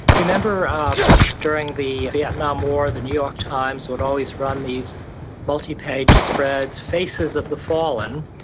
remember um during the vietnam war, the new york times would always run these multi-page spreads, faces of the fallen,